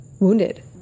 wounded